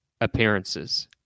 appearances